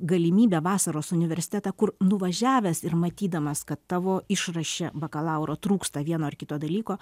galimybę vasaros universitetą kur nuvažiavęs ir matydamas kad tavo išraše bakalauro trūksta vieno ar kito dalyko